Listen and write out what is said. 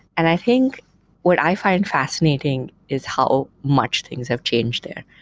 and i think what i find fascinating is how much things have changed there.